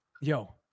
yo